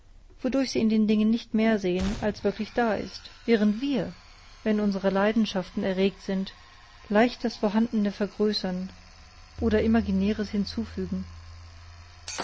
wodurch sie in den dingen nicht mehr sehn als wirklich da ist während wir wenn unsere leidenschaften erregt sind leicht das vorhandene vergrößern oder imaginäres hinzufügen